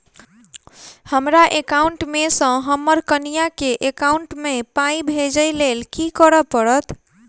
हमरा एकाउंट मे सऽ हम्मर कनिया केँ एकाउंट मै पाई भेजइ लेल की करऽ पड़त?